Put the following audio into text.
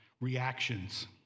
reactions